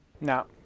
Now